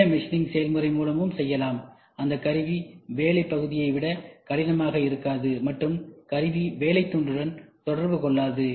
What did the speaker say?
நவீன மெஷினிங் செயல்முறை மூலமும் செய்யலாம் அங்கு கருவி வேலைப் பகுதியை விட கடினமாக இருக்காது மற்றும் கருவி வேலைத் துண்டுடன் தொடர்பு கொள்ளாது